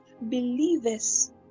believers